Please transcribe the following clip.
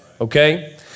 Okay